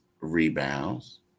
rebounds